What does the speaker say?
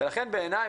בעיניי,